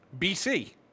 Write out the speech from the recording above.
BC